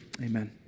amen